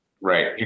Right